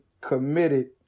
committed